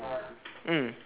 mm